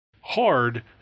hard